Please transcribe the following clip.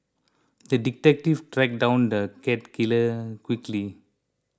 the detective tracked down the cat killer quickly